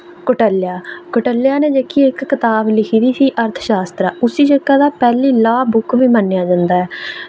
कोटल्या कोटल्या नै जेह्की इक कताब लिखी दी ही अर्थशास्त्र उस्सी जेह्का तां पैह्ली लाह् बुक बी मन्नेआ जंदा ऐ